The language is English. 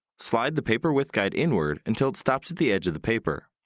slide the paper width guide inward until it stops at the edge of the paper.